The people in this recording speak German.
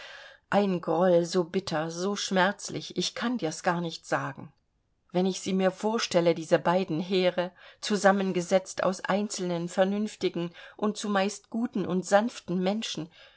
ein groll so bitter so schmerzlich ich kann dir's gar nicht sagen wenn ich sie mir vorstelle diese beiden heere zusammengesetzt aus einzelnen vernünftigen und zumeist guten und sanften menschen